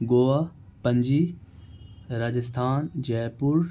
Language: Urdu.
گوا پنجی راجستھان جے پور